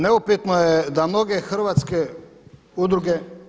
Neupitno je da mnoge hrvatske udruge.